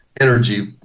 energy